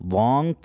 long